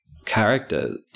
Character